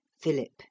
Philip